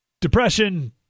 depression